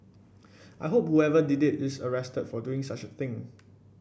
I hope whoever did it is arrested for doing such a thing